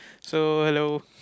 so hello